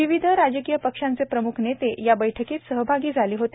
विविध राजकीय पक्षांचे प्रमुख नेते या बैठकीत सहभागी झाले होते